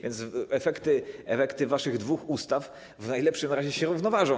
W ten sposób efekty waszych dwóch ustaw w najlepszym razie się równoważą.